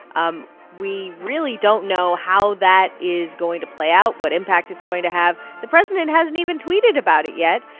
um we really don't know how that is going to play out, what impact it's going to have. the president hasn't even tweeted about it yet.